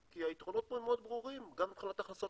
כי היתרונות פה מאוד ברורים גם מבחינת הכנסות